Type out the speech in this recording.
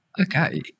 Okay